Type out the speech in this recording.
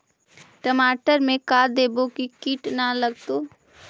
टमाटर में का देबै कि किट न लगतै?